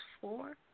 four